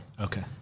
Okay